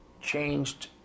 changed